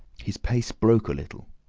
his pace broke a little,